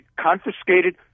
confiscated